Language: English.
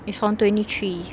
it's on twenty three